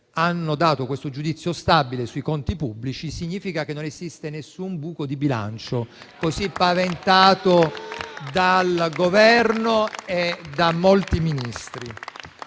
hanno dato questo giudizio stabile sui conti pubblici, significa che non esiste nessun buco di bilancio paventato dal Governo e da molti Ministri.